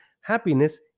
happiness